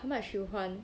how much is one